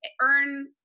earn